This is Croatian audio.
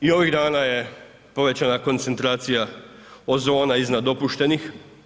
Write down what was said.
I ovih dana je povećana koncentracija ozona iznad dopuštenih.